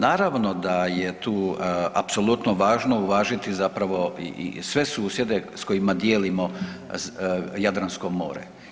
Naravno da je tu apsolutno važno uvažiti sve susjede s kojima dijelimo Jadransko more.